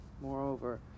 Moreover